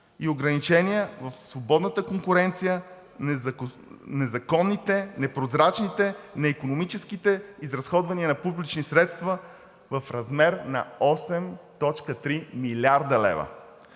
и ограничения в свободната конкуренция на незаконните, непрозрачните, неикономическите изразходвания на публични средства в размер на 8,3 млрд. лв.